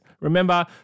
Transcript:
Remember